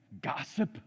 gossip